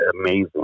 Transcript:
amazing